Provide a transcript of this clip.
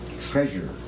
treasure